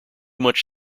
much